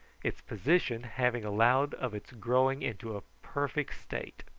its position having allowed of its growing into a perfect state.